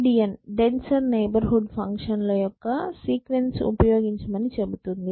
VDN denser neighbourhood ఫంక్షన్ల యొక్క sequence ఉపయోగించమని ఇది చెబుతోంది